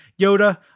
yoda